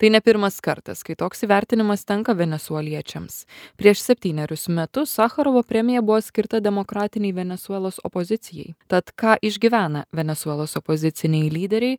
tai ne pirmas kartas kai toks įvertinimas tenka venesualiečiams prieš septynerius metus sacharovo premija buvo skirta demokratinei venesuelos opozicijai tad ką išgyvena venesuelos opoziciniai lyderiai